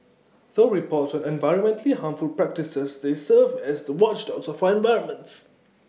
through reports on environmentally harmful practices they serve as the watchdogs of our environment